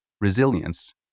resilience